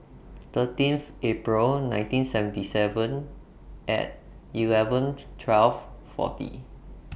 thirteenth April nineteen seventy Seven Eleven twelve forty